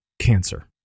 cancer